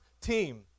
team